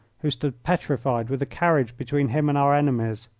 who stood petrified, with the carriage between him and our enemies.